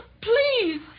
Please